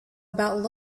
about